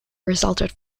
resulted